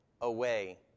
away